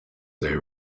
they